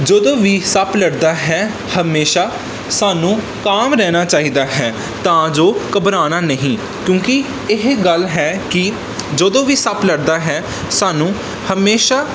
ਜਦੋਂ ਵੀ ਸੱਪ ਲੜਦਾ ਹੈ ਹਮੇਸ਼ਾ ਸਾਨੂੰ ਕਾਮ ਰਹਿਣਾ ਚਾਹੀਦਾ ਹੈ ਤਾਂ ਜੋ ਘਬਰਾਉਣਾ ਨਹੀਂ ਕਿਉਂਕਿ ਇਹ ਗੱਲ ਹੈ ਕਿ ਜਦੋਂ ਵੀ ਸੱਪ ਲੜਦਾ ਹੈ ਸਾਨੂੰ ਹਮੇਸ਼ਾ